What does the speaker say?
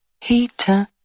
heater